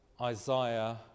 isaiah